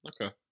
Okay